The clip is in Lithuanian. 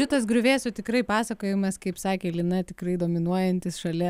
šitas griuvėsių tikrai pasakojimas kaip sakė lina tikrai dominuojantis šalia